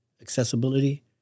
accessibility